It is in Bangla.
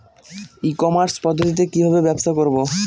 ই কমার্স পদ্ধতিতে কি ভাবে ব্যবসা করব?